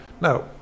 now